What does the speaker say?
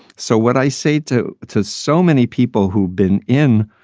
so what i say to to so many people who been in,